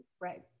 right